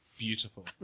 Beautiful